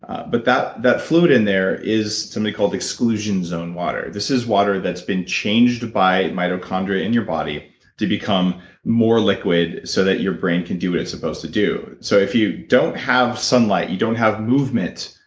ah but that that fluid in there is something called exclusion-zone water. this is water that's been changed by mitochondria in your body to become more liquid so that your brain can do what it's supposed to do. so if you don't have sunlight you don't have movement,